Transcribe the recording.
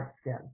skin